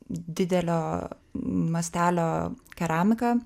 didelio mastelio keramika